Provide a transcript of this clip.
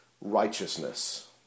righteousness